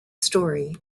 story